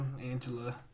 Angela